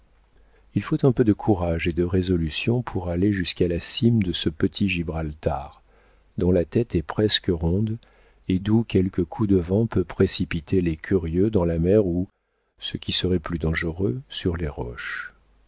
il faut un peu de courage et de résolution pour aller jusqu'à la cime de ce petit gibraltar dont la tête est presque ronde et d'où quelque coup de vent peut précipiter les curieux dans la mer ou ce qui serait plus dangereux sur les roches